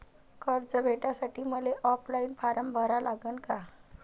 कर्ज भेटासाठी मले ऑफलाईन फारम भरा लागन का?